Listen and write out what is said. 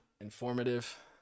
informative